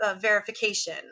verification